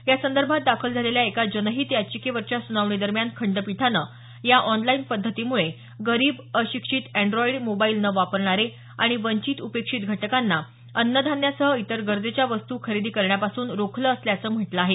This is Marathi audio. यासंदर्भात दाखल झालेल्या एका जनहित याचिकेवरच्या सुनावणीदरम्यान खंडपीठानं या ऑनलाई पद्धतीमुळे गरीब अशिक्षित अँड्रॉइड मोबाइल न वापरणारे आणि वंचित उपेक्षित घटकांना अन्नधान्यासह इतर गरजेच्या वस्तू खरेदी करण्यापासून रोखलं असल्याचं म्हटलं आहे